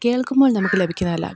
കേൾക്കുമ്പോൾ നമുക്ക് ലഭിക്കുന്നതല്ല